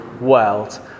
world